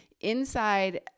Inside